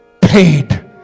paid